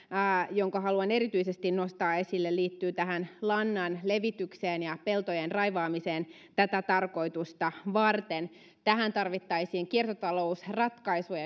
jonka haluan erityisesti nostaa esille liittyy lannan levitykseen ja peltojen raivaamiseen tätä tarkoitusta varten tähän tarvittaisiin kiertotalousratkaisuja